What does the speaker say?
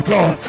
God